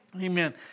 Amen